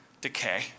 decay